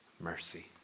mercy